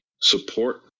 support